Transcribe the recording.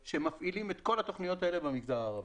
שמפעילים את כל התוכניות האלה במגזר הערבי.